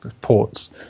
ports